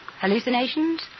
Hallucinations